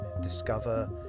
discover